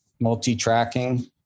multi-tracking